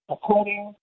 According